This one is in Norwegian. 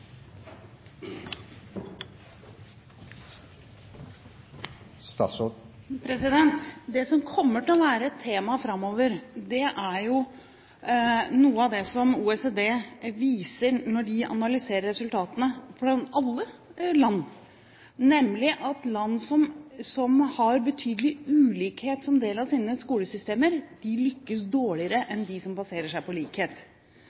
privatskoler. Det som kommer til å være et tema framover, er noe av det som OECD viser når de analyserer resultatene for alle land, nemlig at land som har en betydelig ulikhet som del av sine skolesystemer, lykkes dårligere enn dem som baserer seg på likhet.